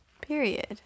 period